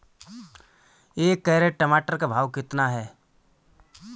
एक कैरेट टमाटर का भाव कितना है?